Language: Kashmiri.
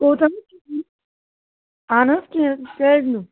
کوٗتاہ حظ چھِ نِیُن اَہَن حظ کیٛاہ کیٛازِنہٕ